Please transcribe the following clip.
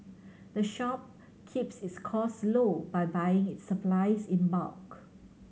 the shop keeps its cost low by buying its supplies in bulk